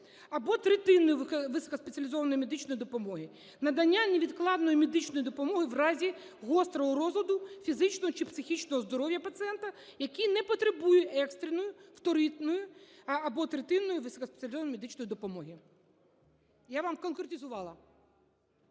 або третинної вузькоспеціалізованої медичної допомоги, надання невідкладної медичної допомоги в разі гострого розладу фізичного чи психічного здоров'я пацієнта, який не потребує екстреної вторинної або третинної високоспеціалізованої медичної допомоги." Я вам конкретизувала.